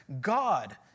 God